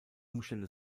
umstände